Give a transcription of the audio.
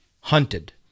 Hunted